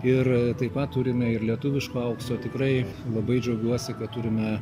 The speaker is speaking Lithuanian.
ir taip pat turime ir lietuviško aukso tikrai labai džiaugiuosi kad turime